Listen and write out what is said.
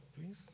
please